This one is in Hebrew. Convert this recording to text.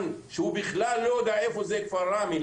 שהוא בכלל לא יודע איפה זה כפר ראמה,